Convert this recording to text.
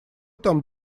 там